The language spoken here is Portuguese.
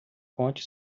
conte